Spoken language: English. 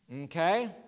Okay